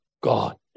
God